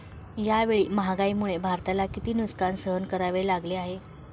यावेळी महागाईमुळे भारताला किती नुकसान सहन करावे लागले आहे?